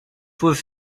was